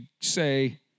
say